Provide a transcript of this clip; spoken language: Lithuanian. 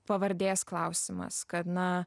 pavardės klausimas kad na